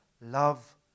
love